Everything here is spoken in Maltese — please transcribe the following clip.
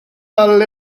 għall